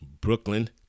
Brooklyn